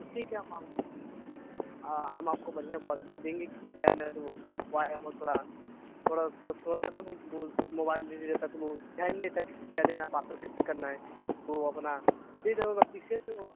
तो ठीक है हम आप हम आपको बढ़िया क्वालटी की देंगे कि क्या मेरा जो हुआ है वो थोड़ा थोड़ा थोड़ा थोड़ा सा ना वो मोबाइल में बिजी रहता है तो वो ध्यान नहीं देता किस को क्या देना है पार्सल किसे करना है वो अपना दे किसे तो